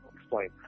explain